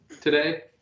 today